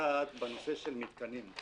אחת, בנושא של מתקנים.